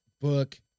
book